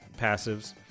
passives